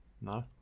No